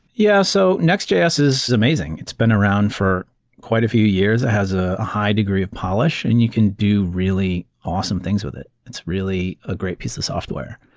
yeah. so nextjs is amazing. it's been around for quite a few years. it has a high degree of polish, and you can do really awesome things with it. it's really a great piece of software.